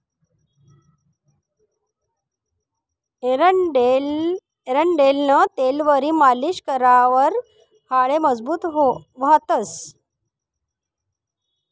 एरंडेलनं तेलवरी मालीश करावर हाडे मजबूत व्हतंस